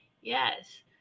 yes